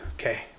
Okay